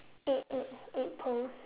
eight eight eight poles